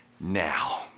now